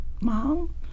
Mom